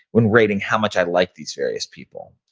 when rating how much i liked these various people.